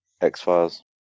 X-Files